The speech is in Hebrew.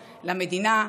למדינה,